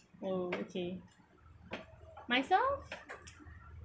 oh okay myself